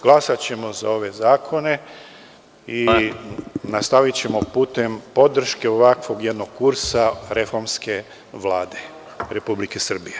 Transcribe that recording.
Glasaćemo za ove zakone i nastavićemo putem podrške ovakvog jednog kursa reformske Vlade Republike Srbije.